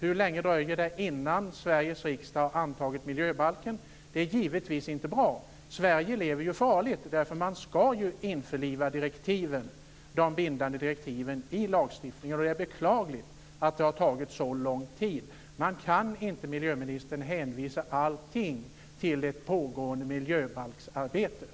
Hur länge dröjer det innan Sveriges riksdag har antagit miljöbalken? Det här är givetvis inte bra. Sverige lever farligt. Man skall ju införliva de bindande direktiven i lagstiftningen. Det är beklagligt att det har tagit så lång tid. Man kan inte, miljöministern, hänvisa allting till det pågående miljöbalksarbetet.